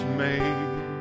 made